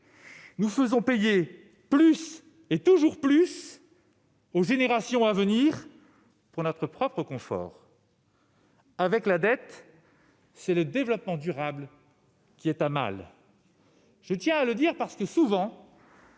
Nous faisons payer plus, toujours plus, aux futures générations pour notre propre confort. Avec la dette, c'est le développement durable qui est mis à mal. Je tiens à le dire, parce qu'on